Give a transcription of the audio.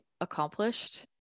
accomplished